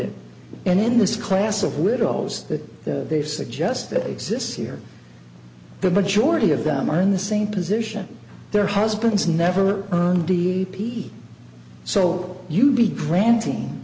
it and in this class of widows that they suggest that exists here the majority of them are in the same position their husbands never earn d p so you'd be granting